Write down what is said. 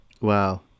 Wow